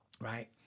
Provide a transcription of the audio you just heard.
right